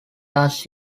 ask